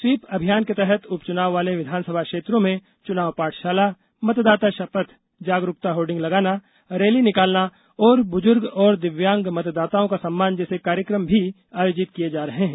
SVEEP अभियान के तहत उपचुनाव वाले विधानसभा क्षेत्रों में चुनाव पाठशाला मतदाता शपथ जागरुकता होर्डिंग लगाना रैली निकालना और बुजुर्ग और दिव्यांग मतदाताओं का सम्मान जैसे कार्यक्रम भी आयोजित किए जा रहे हैं